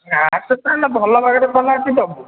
ନା ସେଇଟା ନା ଭଲ ବାଗରେ ବନେଇକି ଦେବୁ